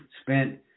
spent